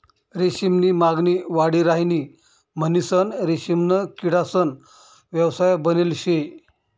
रेशीम नी मागणी वाढी राहिनी म्हणीसन रेशीमना किडासना व्यवसाय बनेल शे